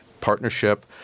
partnership